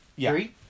Three